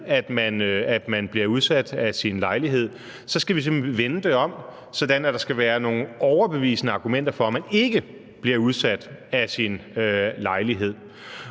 at man bliver udsat af sin lejlighed; så skal vi simpelt hen vende det om, sådan at der skal være nogle overbevisende argumenter for, at man ikke bliver udsat af sin lejlighed.